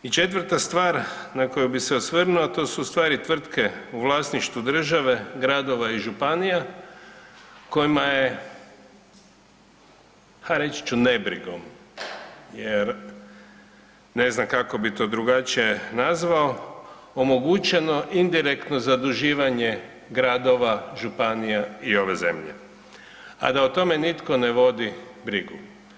I četvrta stvar na koju bi se osvrnuo a to su ustvari tvrtke u vlasništvu države, gradova i županija kojima je a reći ću nebrigom jer ne znam kako bi to drugačije nazvao, omogućeno indirektno zaduživanje gradova, županija i ove zemlje a da o tome nitko ne vodi brigu.